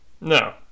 no